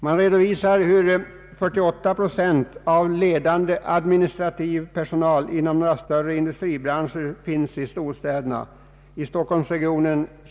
Man redovisar hur 48 procent av ledande administrativ personal inom några större industribranscher finns i storstäderna, därav 27 procent i Stockholmsregionen.